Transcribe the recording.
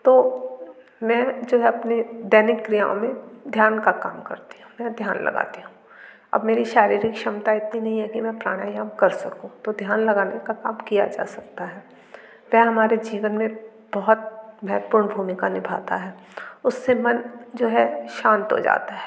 तो मैं जो है अपने दैनिक क्रियाओं में ध्यान का काम करती हूँ मैं ध्यान लगाती हूँ अब मेरी शारीरिक क्षमता इतनी नहीं है कि मैं प्राणायाम कर सकूँ तो ध्यान लगाने का काम किया जा सकता है वह हमारे जीवन में बहुत महतपूण भूमिका निभाता है उससे मन जो है शांत हो जाता है